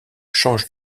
change